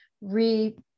re